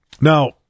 Now